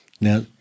now